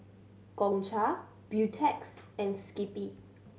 Gongcha Beautex and Skippy